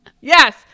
yes